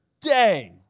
day